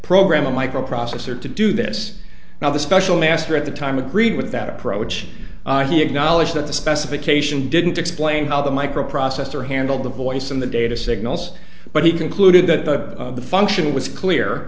program a microprocessor to do this now the special master at the time agreed with that approach he acknowledged that the specification didn't explain how the microprocessor handled the voice and the data signals but he concluded that the function was clear